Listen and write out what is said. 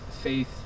faith